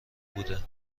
بوده